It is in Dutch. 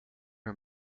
hun